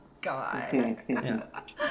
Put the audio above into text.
God